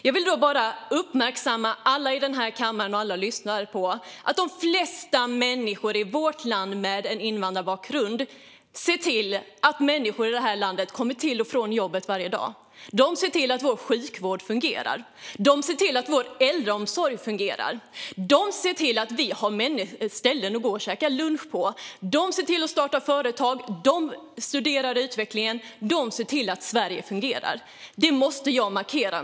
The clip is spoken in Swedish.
Jag vill bara uppmärksamma alla ledamöter i den här kammaren och alla lyssnare på att de flesta människor med invandrarbakgrund i vårt land jobbar. De ser till att människor i det här landet kommer till och från jobbet varje dag. De ser till att vår sjukvård fungerar. De ser till att vår äldreomsorg fungerar. De ser till att vi har ställen att gå och käka lunch på. De startar företag. De studerar utvecklingen. De ser till att Sverige fungerar. Detta måste jag markera.